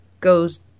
goes